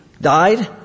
died